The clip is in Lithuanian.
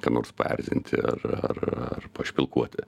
ką nors paerzinti ar ar ar pašpilkuoti